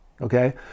okay